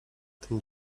tym